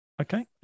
okay